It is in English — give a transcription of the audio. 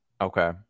Okay